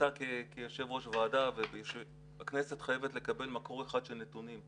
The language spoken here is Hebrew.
אתה כיושב ראש ועדה והכנסת חייבת לקבל מקור אחד של נתונים.